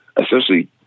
essentially